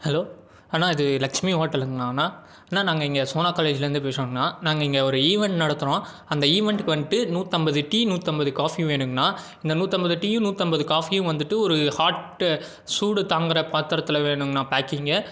hello அண்ணா இது லக்ஷ்மி ஹோட்டலுங்கலாண்ணா அண்ணா நாங்கள் இங்கே சோனா காலேஜிலேருந்து பேசுறோங்கண்ணா நாங்கள் இங்கே ஒரு ஈவென்ட் நடத்துகிறோம் அந்த ஈவென்ட்டுக்கு வந்துட்டு நூற்றைம்பது டீ நூற்றைம்பது காஃபி வேணுங்கணா இந்த நூற்றைம்பது டீயும் நூற்றைம்பது காஃபியும் வந்துவிட்டு ஒரு ஹாட்டு சூடு தாங்குகிற பாத்திரத்துல வேணுங்கணா பேக்கிங்கு